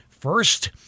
First